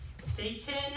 Satan